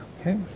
okay